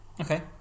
Okay